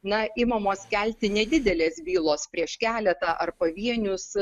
na imamos kelti nedidelės bylos prieš keletą ar pavienius